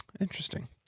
interesting